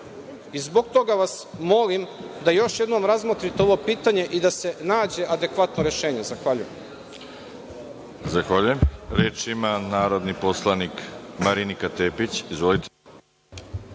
toga vas molim da još jednom razmotrite ovo pitanje i da se nađe adekvatno rešenje. Zahvaljujem.